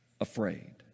afraid